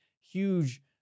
huge